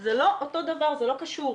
זה לא אותו דבר, זה לא קשור.